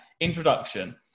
Introduction